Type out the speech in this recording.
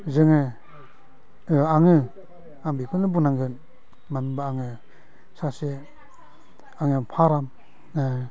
जोङो आङो आं बेखौनो बुंनांगोन मानो होमब्ला आङो सासे आंनियाव फार्म